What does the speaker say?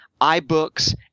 iBooks